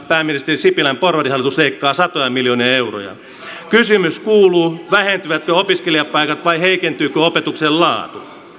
pääministeri sipilän porvarihallitus leikkaa satoja miljoonia euroja kysymys kuuluu vähentyvätkö opiskelijapaikat vai heikentyykö opetuksen laatu